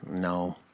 no